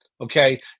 Okay